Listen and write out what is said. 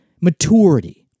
maturity